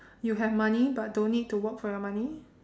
you have money but don't need to work for your money